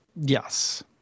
Yes